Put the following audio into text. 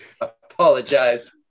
Apologize